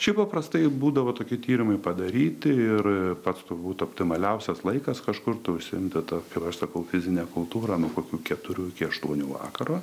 šiaip paprastai būdavo tokie tyrimai padaryti ir pats turbūt optimaliausias laikas kažkur tuo užsiimti ta kaip aš sakau fizine kultūra nuo kokių keturių iki aštuonių vakaro